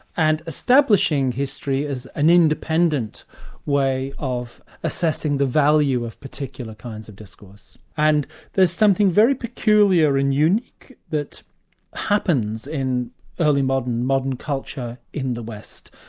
and establishing history as an independent way of assessing the value of particular kinds of discourse. and there's something very peculiar and unique that happens in early modern, modern culture in the west,